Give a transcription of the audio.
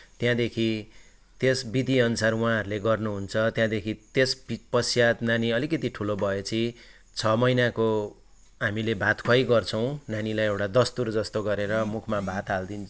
त्यहाँदेखि त्यस विधि अनुसार उहाँहरूले गर्नुहुन्छ त्यहाँदेखि त्यस पश्चात नानी अलिकति ठुलो भएपछि छ महिनाको हामीले भात खुवाइ गर्छौँ नानीलाई एउटा दस्तुर जस्तो गरेर मुखमा भात हालिदिन्छौँ